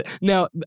Now